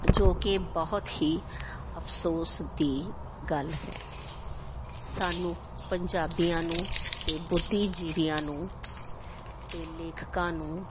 ਜੋ ਕਿ ਬਹੁਤ ਹੀ ਅਫ਼ਸੋਸ ਦੀ ਗੱਲ ਹੈ ਸਾਨੂੰ ਪੰਜਾਬੀਆਂ ਨੂੰ ਅਤੇ ਬੁੱਧੀਜੀਵੀਆਂ ਨੂੰ ਅਤੇ ਲੇਖਕਾਂ ਨੂੰ